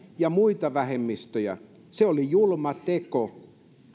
ja muita vähemmistöjä oli julma teko